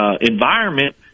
environment